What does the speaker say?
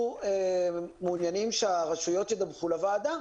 אנחנו מעוניינים שהרשויות ידווחו לוועדה.